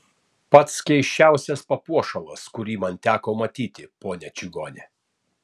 pats keisčiausias papuošalas kurį man teko matyti ponia čigone